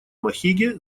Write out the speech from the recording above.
махиге